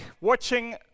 watching